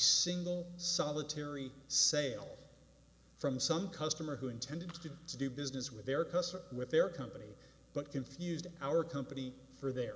single solitary sale from some customer who intended to do business with their customer with their company but confused our company for their